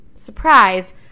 Surprise